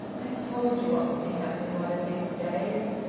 i told you what would be happening one of these days,